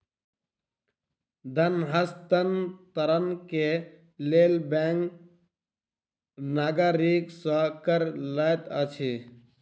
धन हस्तांतरण के लेल बैंक नागरिक सॅ कर लैत अछि